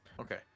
Okay